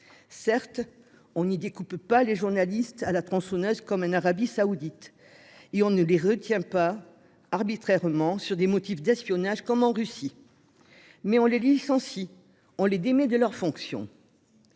Certes, on n'y découpe pas les journalistes à la tronçonneuse, comme en Arabie Saoudite, pas plus qu'on ne les détient arbitrairement pour motif d'espionnage, comme en Russie, mais on les licencie, on les démet de leurs fonctions.